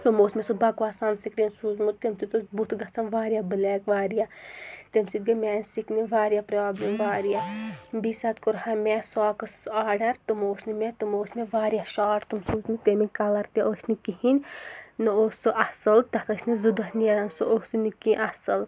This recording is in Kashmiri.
تٕمو اوس مےٚ سُہ بَکواس سَن سِکریٖن سوٗزمُت تمہِ سۭتۍ اوس بُتھ گژھان واریاہ بٕلیک واریاہ تمہِ سۭتۍ گٔے میٛانہِ سِکنہِ واریاہ پرٛابلِم واریاہ بیٚیہِ ساتہٕ کوٚرہا مےٚ ساکٕس آرڈَر تم اوس نہٕ مےٚ تمو اوس مےٚ واریاہ شاٹ تم سوٗزۍ مٕتۍ تمِکۍ کَلَر تہِ ٲسۍ نہٕ کِہیٖنۍ نہٕ اوس سُہ اَصٕل تَتھ ٲسۍ نہٕ زٕ دۄہ نیران سُہ اوسے نہٕ کینٛہہ اَصٕل